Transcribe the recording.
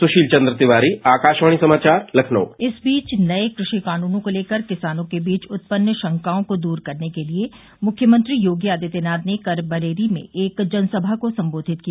सुशील चंद्र तिवारी आकाशवाणी समाचार लखनऊ इस बीच नये कृषि कानूनों को लेकर किसानों के बीच उत्पन्न शंकाओं को दूर करने के लिए मुख्यमंत्री योगी आदित्यनाथ ने कल बरेली में एक जनसमा को संबोधित किया